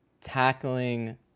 tackling